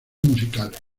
musicales